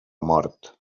mort